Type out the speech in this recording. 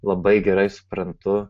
labai gerai suprantu